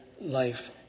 life